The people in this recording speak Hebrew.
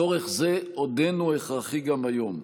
צורך זה עודנו הכרחי גם היום.